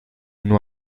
nur